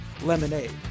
lemonade